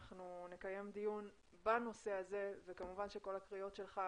אנחנו נקיים דיון בנושא הזה וכמובן שכל הקריאות שלך,